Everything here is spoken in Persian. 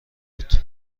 بود